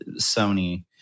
Sony